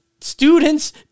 student's